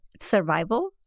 survival